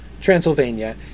Transylvania